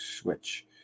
switch